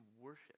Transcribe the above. worship